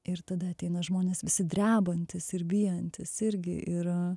ir tada ateina žmonės visi drebantys ir bijantys irgi yra